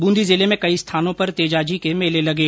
ब्रंदी जिले में कई स्थानों पर तेजाजी के मेले लगे